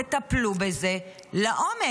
וטפלו בזה לעומק.